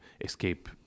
escape